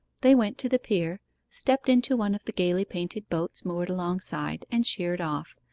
they went to the pier stepped into one of the gaily painted boats moored alongside and sheered off.